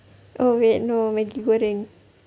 oh wait no maggi goreng